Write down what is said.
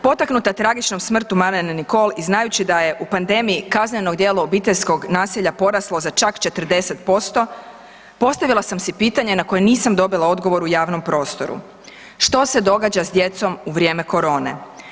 Potaknuta tragičnom smrti malene Nikoll i znajući da je u pandemiji kazneno djelo obiteljskog nasilja poraslo za čak 40%, postavila sam si pitanje na koje nisam dobila odgovor u javnom prostoru, što se događa s djecom u vrijeme korone?